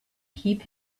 keep